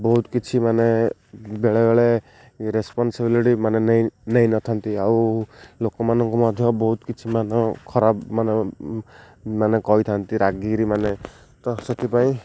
ବହୁତ କିଛି ମାନେ ବେଳେବେଳେ ରେସପନ୍ସିବିଲିଟି ମାନେ ନେଇ ନେଇନଥାନ୍ତି ଆଉ ଲୋକମାନଙ୍କୁ ମଧ୍ୟ ବହୁତ କିଛି ମାନ ଖରାପ ମାନେ ମାନେ କହିଥାନ୍ତି ରାଗିକରି ମାନେ ତ ସେଥିପାଇଁ